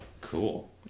Cool